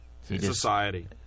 Society